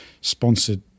sponsored